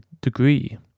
degree